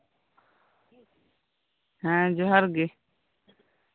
ᱦᱮᱸ ᱡᱚᱦᱟᱨ ᱜᱮ